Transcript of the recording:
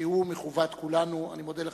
הוועדה לנאום על נושא זה.